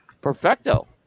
Perfecto